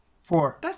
Four